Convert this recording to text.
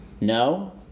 No